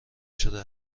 شده